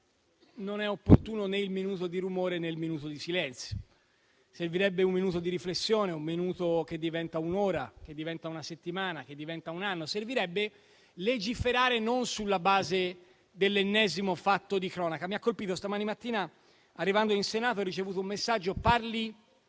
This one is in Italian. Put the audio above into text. non è opportuno né il minuto di rumore né il minuto di silenzio: servirebbe un minuto di riflessione, un minuto che diventa un'ora, una settimana, un anno. Servirebbe legiferare non sulla base dell'ennesimo fatto di cronaca. Mi ha colpito stamattina arrivando in Senato un messaggio